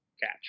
Catch